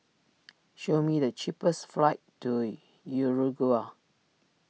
show me the cheapest flights to Uruguay